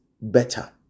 better